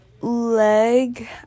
leg